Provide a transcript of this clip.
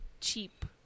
cheap